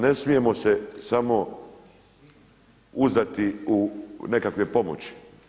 Ne smijemo se samo uzdati u nekakve pomoći.